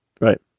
right